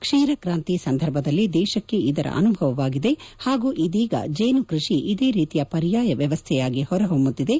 ಕ್ಷೀರ ಕ್ರಾಂತಿ ಸಂದರ್ಭದಲ್ಲಿ ದೇಶಕ್ಕೆ ಇದರ ಅನುಭವವಾಗಿದೆ ಹಾಗೂ ಇದೀಗ ಜೇನು ಕೃಷಿ ಇದೇ ರೀತಿಯ ಪರ್ಯಾಯ ವ್ಯವಸ್ಥೆಯಾಗಿ ಹೊರಹೊಮ್ಮುತ್ತಿದೆ